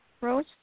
rose